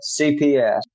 CPS